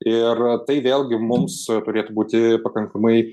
ir tai vėlgi mums turėtų būti pakankamai